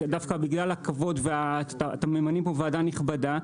דווקא בגלל הכבוד אתם ממנים פה ועדה נכבדה,